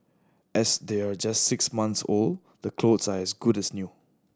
as they're just six months old the clothes are as good as new